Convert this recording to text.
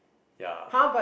ya